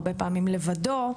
הרבה פעמים לבדו,